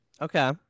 Okay